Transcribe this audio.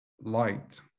light